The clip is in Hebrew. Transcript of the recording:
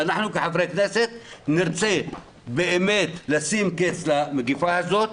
ואנחנו כחברי כנסת נרצה באמת לשים קץ למגפה הזאת,